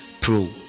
Pro